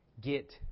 get